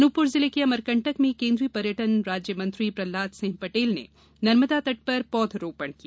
अनूपपुर जिले के अमरकंटक में केन्द्रिय पर्यटन राज्य मंत्री प्रहलाद सिंह पटेल ने नर्मदा तट पर पौध रोपण किया